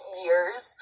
years